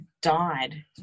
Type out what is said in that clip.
died